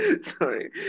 Sorry